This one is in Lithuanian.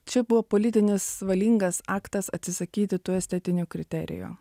čia buvo politinis valingas aktas atsisakyti tų estetinių kriterijų